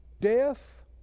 death